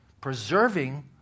preserving